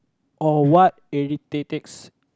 oh what irritate ticks